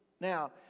Now